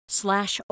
slash